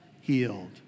healed